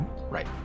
Right